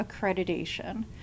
accreditation